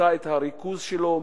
מסיטה את הריכוז שלו,